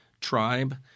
tribe